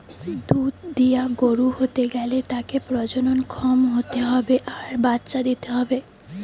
দুধ দিয়া গরু হতে গ্যালে তাকে প্রজনন ক্ষম হতে হবে আর বাচ্চা দিতে হবে